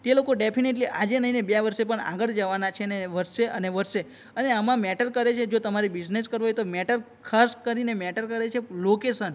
તે લોકો ડેફિનેટલી આજે નહીં ને બે વર્ષે પણ આગળ જવાના છે ને વધશે અને વધશે અને આમાં મેટર કરે છે જો તમારે બિઝનેસ કરવો હોય તો મેટર ખાસ કરીને મેટર કરે છે લોકેશન